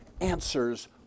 answers